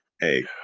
hey